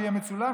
שיהיה מצולם,